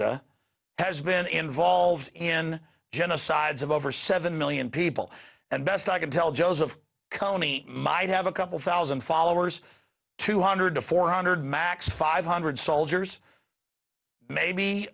a has been involved in genocides of over seven million people and best i can tell joseph county might have a couple thousand followers two hundred to four hundred max five hundred soldiers maybe